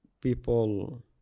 people